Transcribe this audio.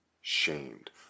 shamed